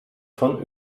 von